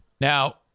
Now